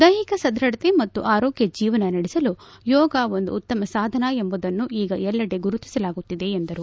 ದೈಹಿಕ ಸದ್ಬಢತೆ ಮತ್ತು ಆರೋಗ್ಯ ಜೀವನ ನಡೆಸಲು ಯೋಗ ಒಂದು ಉತ್ತಮ ಸಾಧನ ಎಂಬುದನ್ನು ಈಗ ಎಲ್ಲೆಡೆ ಗುರುತಿಸಲಾಗುತ್ತಿದೆ ಎಂದರು